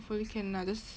hopefully can lah just